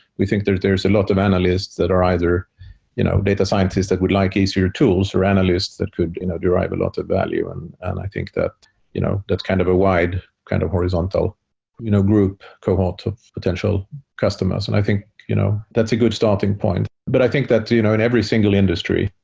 we think that there's a lot of analysts that are either you know data scientist that would like easier tools, or analysts that could derive a lot of value and and i think that you know that's kind of a wide kind of horizontal you know group, cohort of potential customers. and i think you know that's a good starting point but i think that too you know in every single industry,